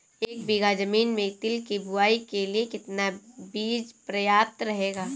एक बीघा ज़मीन में तिल की बुआई के लिए कितना बीज प्रयाप्त रहेगा?